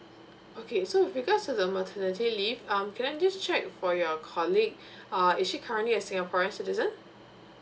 okay so with regards to the maternity leave um can I just check for your colleague uh is she currently a singaporean citizen